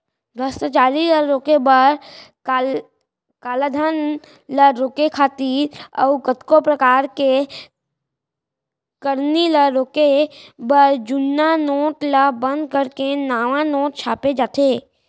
भस्टाचारी ल रोके बर, कालाधन ल रोके खातिर अउ कतको परकार के करनी ल रोके बर जुन्ना नोट ल बंद करके नवा नोट छापे जाथे